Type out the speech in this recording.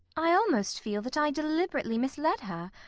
i almost feel that i deliberately misled her.